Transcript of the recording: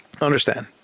Understand